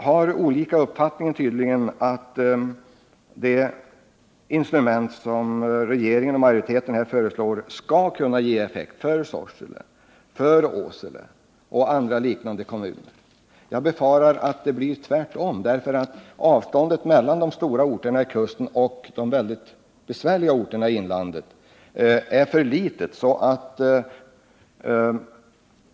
De åtgärder som regeringen och utskottsmajoriteten föreslår tror man kommer att ge effekt för Sorsele, Åsele och andra likartade kommuner. Jag befarar att det blir tvärtom. Avståndet mellan de stora orterna vid kusten och de bekymmersamma orterna i inlandet är för litet.